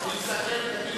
תודה רבה.